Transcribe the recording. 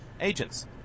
agents